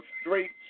straight